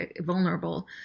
vulnerable